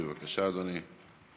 תודה, אדוני.